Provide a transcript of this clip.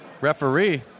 Referee